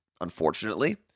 unfortunately